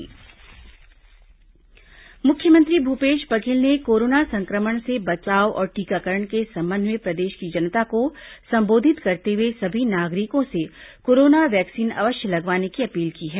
मुख्यमंत्री सिहंदेव अपील मुख्यमंत्री भूपेश बघेल ने कोरोना संक्रमण से बचाव और टीकाकरण के संबंध में प्रदेश की जनता को संबोधित करते हुए सभी नागरिकों से कोरोना वैक्सीन अवश्य लगवाने की अपील की है